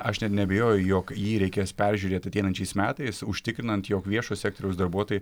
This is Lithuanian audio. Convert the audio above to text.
aš net neabejoju jog jį reikės peržiūrėt ateinančiais metais užtikrinant jog viešo sektoriaus darbuotojai